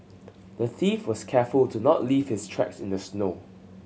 the thief was careful to not leave his tracks in the snow